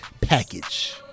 package